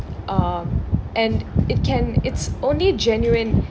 um and it can it's only genuine